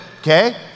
Okay